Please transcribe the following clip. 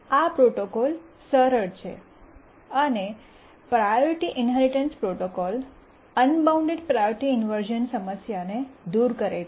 આ પ્રોટોકોલ સરળ છે અને priority inheritance protocol unbound priority inversion સમસ્યાને દૂર કરે છે